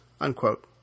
unquote